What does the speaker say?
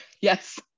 yes